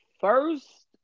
first